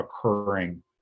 occurring